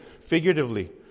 Figuratively